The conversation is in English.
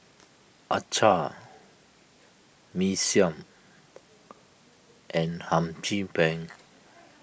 Acar Mee Siam and Hum Chim Peng